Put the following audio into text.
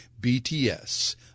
BTS